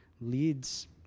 leads